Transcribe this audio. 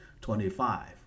twenty-five